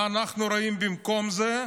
מה אנחנו רואים במקום זה?